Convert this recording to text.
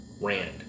Rand